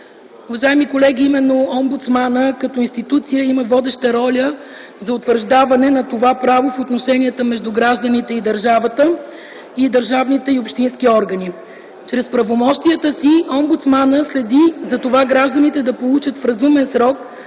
Уважаеми колеги, именно омбудсманът като институция има водеща роля за утвърждаване на това право в отношенията между гражданите и държавата и държавните и общински органи. Чрез правомощията си омбудсманът следи гражданите да получат в разумен срок